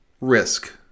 risk